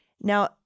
Now